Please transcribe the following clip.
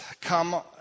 come